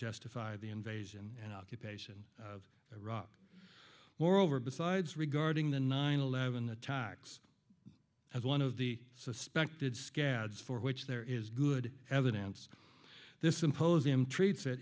justify the invasion and occupation of iraq moreover besides regarding the nine eleven attacks as one of the suspected scad for which there is good evidence this impose him treats